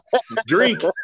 Drink